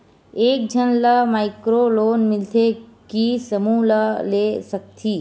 एक झन ला माइक्रो लोन मिलथे कि समूह मा ले सकती?